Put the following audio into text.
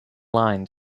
line